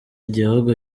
gihugu